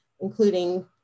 including